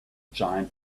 gigantic